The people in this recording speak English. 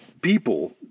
people